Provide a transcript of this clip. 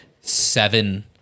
seven